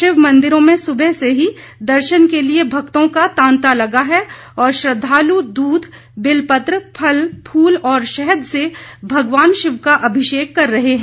शिव मंदिरों में सुबह से ही दर्शन के लिए भक्तों का तांता लगा है और श्रद्धालु दूध बिल पत्र फल फूल और शहद से भगवान शिव का अभिषेक कर रहे हैं